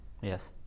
Yes